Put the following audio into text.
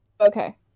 Okay